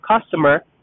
customer